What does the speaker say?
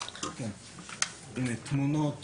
תמונות